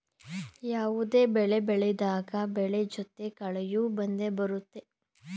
ಯಾವುದೇ ಬೆಳೆ ಬೆಳೆದಾಗ ಬೆಳೆ ಜೊತೆ ಕಳೆಯೂ ಬಂದೆ ಬರುತ್ತೆ